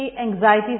anxiety